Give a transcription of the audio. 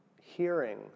hearing